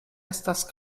estas